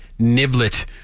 niblet